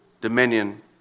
dominion